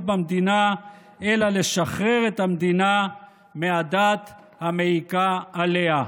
במדינה אלא לשחרר את המדינה מהדת המעיקה עליה.